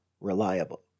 reliable